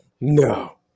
No